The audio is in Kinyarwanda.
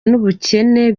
n’ubukene